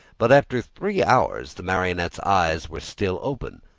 but after three hours the marionette's eyes were still open,